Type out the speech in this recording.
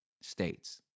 states